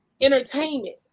entertainment